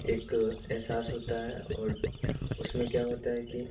एक एहसास होता है और उसमें क्या होता है कि